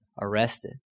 arrested